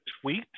tweet